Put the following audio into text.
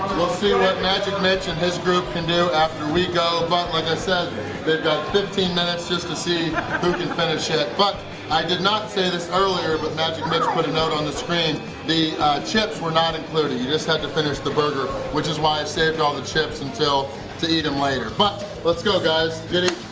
will see that magic mitch and his group can do after we go but like i said they've got fifteen minutes just to see who can finish it but i did not say this earlier but magic mitch put a note on the screen the chips were not included you just had to finish the burger which is why i've saved all the chips and to to eat and later but let's go guys you